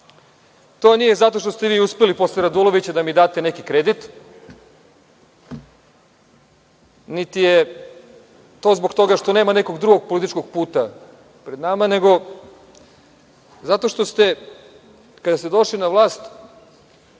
To nije zato što ste vi uspeli posle Radulovića da mi date neki kredit, niti je to zbog toga što nema nekog drugog političkog puta pred nama, nego zato što ste kada ste došli na vlast